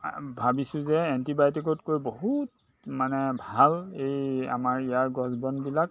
ভাবিছোঁ যে এণ্টিবায়'টিকতকৈ বহুত মানে ভাল এই আমাৰ ইয়াৰ গছ বনবিলাক